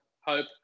hope